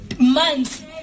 months